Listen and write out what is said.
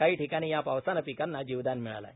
काही ठिकाणी या पावसाने पिकांना जीवदान मिळालं आहे